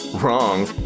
Wrong